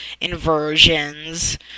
inversions